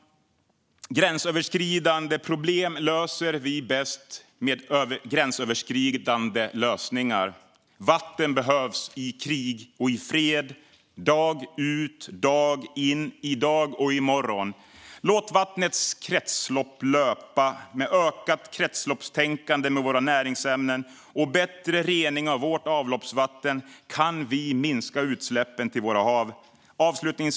Gränsöverskridande problem kräver gränsöverskridande lösningar. Vatten behövs, i krig och i fred, dag ut och dag in, i dag och i morgon. Låt vattnets kretslopp löpa! Med ökat kretsloppstänkande kring våra näringsämnen och bättre rening av vårt avloppsvatten kan vi minska utsläppen till våra hav.